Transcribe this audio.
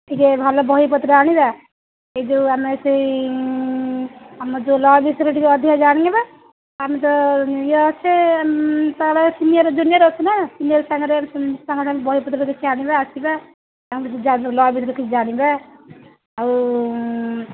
ଟିକେ ଭଲ ବହି ପତ୍ର ଆଣିବା ଏଇ ଯୋଉ ଆମେ ସେଇ ଆମ ଯୋଉ ଲ ବିଷୟରେ ଟିକେ ଅଧିକା ଜାଣିବା ଆମେ ତ ଇଏ ଅଛେ ତା ସିନିଅର୍ ଜୁନିଅର୍ ଅଛୁ ନା ସିନିଅର୍ ସାଙ୍ଗରେ ସାଙ୍ଗରେ ବହିପତ୍ର କିଛି ଆଣିବା ଆସିବା ଲ'ର କିଛି ଜାଣିବା ଆଉ